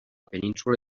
península